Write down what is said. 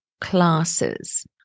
classes